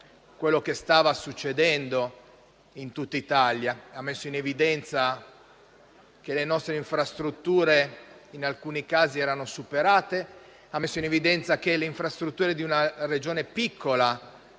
quello che stava succedendo in tutta Italia; ha messo in evidenza che le nostre infrastrutture in alcuni casi erano superate e che le infrastrutture di una Regione piccola